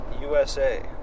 USA